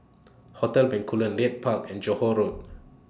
Hotel Bencoolen Leith Park and Johore Road